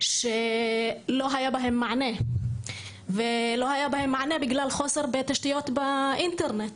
שלא היה בהן מענה בגלל חוסר בתשתיות אינטרנט.